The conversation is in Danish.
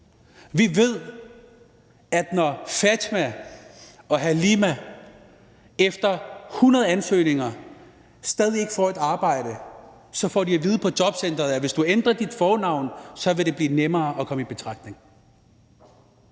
Vi ved, at når Fatma og Halima efter 100 ansøgninger stadig ikke får et arbejde, får de at vide på jobcenteret: Hvis du ændrer dit fornavn, vil det blive nemmere at komme i betragtning.